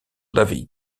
david